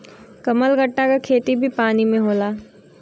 कमलगट्टा के खेती भी पानी में होला